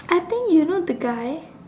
I think you know the guy